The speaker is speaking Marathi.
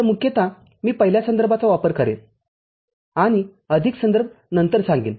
तर मुख्यत मी पहिल्या संदर्भाचा वापर करेन आणि अधिक संदर्भ नंतर सांगेन